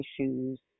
issues